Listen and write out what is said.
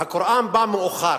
הקוראן בא מאוחר,